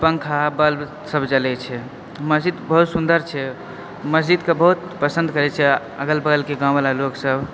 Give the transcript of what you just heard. पंखा बल्ब सब जलै छै मस्जिद बहुत सुन्दर छै मस्जिद के बहुत पसन्द करै छियै अगल बगल के गाँववला लोकसब